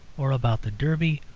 or about the derby,